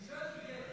ז'נבייב.